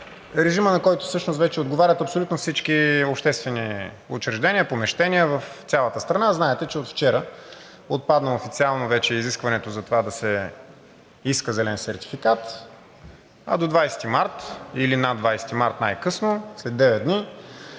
режима, на който всъщност вече отговарят абсолютно всички обществени учреждения, помещения в цялата страна. Знаете, че от вчера отпадна официално вече изискването за това да се иска зелен сертификат, а до 20 март или най-късно на 20 март, след 9 дни,